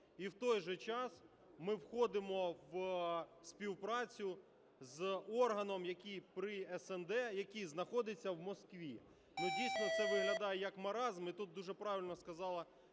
і в той же час ми входимо в співпрацю з органом, який при СНД, який знаходиться в Москві. Дійсно, це виглядає як маразм. І тут дуже правильно сказала